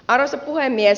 arvoisa puhemies